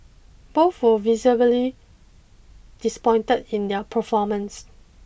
both were visibly disappointed in their performance